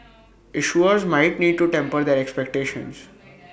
issuers might need to temper their expectations